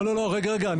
לא, רגע, רגע.